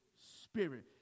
Spirit